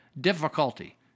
difficulty